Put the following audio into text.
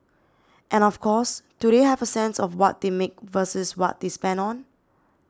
and of course do they have a sense of what they make versus what they spend on